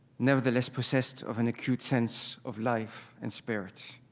nevertheless possessed of an acute sense of life and spirit.